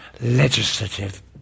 legislative